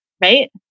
right